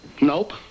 Nope